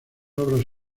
obras